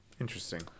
Interesting